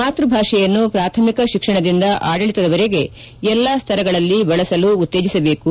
ಮಾತೃ ಭಾಷೆಯನ್ನು ಪ್ರಾಥಮಿಕ ಶಿಕ್ಷಣದಿಂದ ಆಡಳಿತದವರೆಗೆ ಎಲ್ಲಾ ಸ್ತರಗಳಲ್ಲಿ ಬಳಸಲು ಉತ್ತೇಜಿಸಬೇಕು